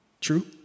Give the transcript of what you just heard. True